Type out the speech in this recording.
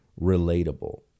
relatable